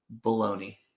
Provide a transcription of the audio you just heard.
Baloney